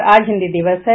और आज हिन्दी दिवस है